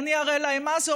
אני אראה להם מה זה,